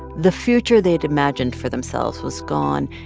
the future they'd imagined for themselves was gone,